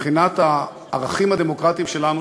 מבחינת הערכים הדמוקרטיים שלנו,